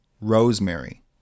rosemary